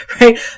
Right